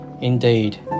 Indeed